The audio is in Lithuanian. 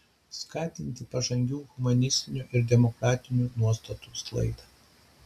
skatinti pažangių humanistinių ir demokratinių nuostatų sklaidą